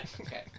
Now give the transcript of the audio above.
Okay